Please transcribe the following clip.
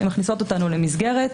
הן מכניסות אותנו למסגרת,